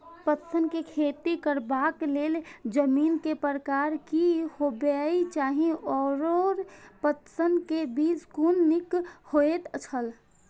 पटसन के खेती करबाक लेल जमीन के प्रकार की होबेय चाही आओर पटसन के बीज कुन निक होऐत छल?